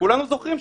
וכולנו זוכרים,